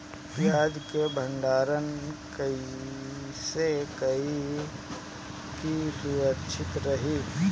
प्याज के भंडारण कइसे करी की सुरक्षित रही?